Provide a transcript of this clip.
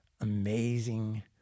amazing